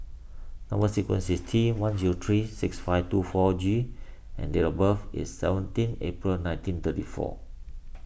Number Sequence is T one zero three six five two four G and date of birth is seventeen April nineteen thirty four